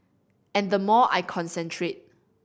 and the more I concentrate